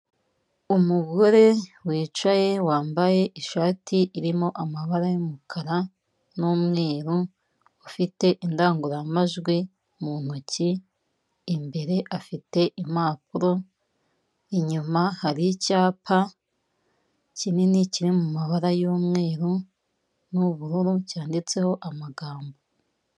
Umugore wicaye wambaye ishati irimo amabara y'umukara n'umweru, ufite indangururamajwi mu ntoki, imbere afite impapuro, inyuma hari icyapa kinini kiri mu mabara y'umweru n'ubururu, cyanditseho amagambo.